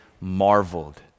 marveled